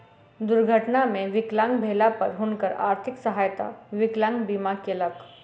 दुर्घटना मे विकलांग भेला पर हुनकर आर्थिक सहायता विकलांग बीमा केलक